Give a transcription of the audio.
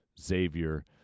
Xavier